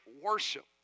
worship